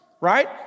right